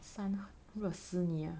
想热死你 ah